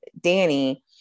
Danny